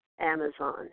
Amazon